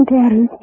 Daddy